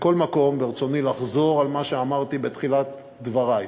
מכל מקום, ברצוני לחזור על מה שאמרתי בתחילת דברי: